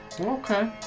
okay